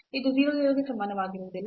ಇದು 0 0 ಗೆ ಸಮನಾಗಿರುವುದಿಲ್ಲ